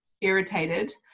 irritated